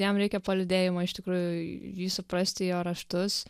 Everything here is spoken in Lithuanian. jam reikia palydėjimo iš tikrųjų jį suprasti jo raštus